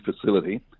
facility